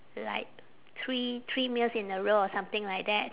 like three three meals in a row or something like that